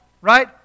right